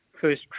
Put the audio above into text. first